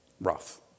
rough